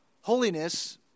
Holiness